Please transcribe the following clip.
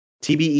tbe